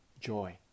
joy